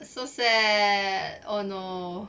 so sad oh no